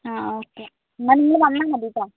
ആഹ് okay എന്നാൽ നിങ്ങൾ വന്നാൽ മതി കേട്ടോ